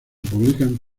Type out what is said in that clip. publican